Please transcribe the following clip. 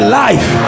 life